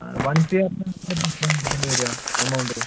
ആ വൺ സിആറിന് അപ്പം നമ്മൾ എത്രയാ അടക്കേണ്ടി വരിക എമൗണ്ട്